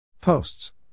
Posts